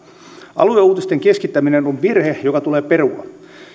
alueuutisten keskittäminen on virhe joka tulee perua